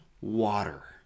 water